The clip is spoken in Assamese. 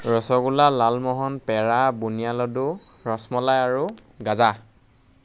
ৰসগোল্লা লালমোহন পেৰা বুন্দিয়া লাডু ৰসমলাই আৰু গজা